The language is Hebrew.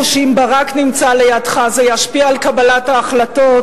שאם ברק נמצא לידך זה ישפיע על קבלת ההחלטות,